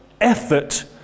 effort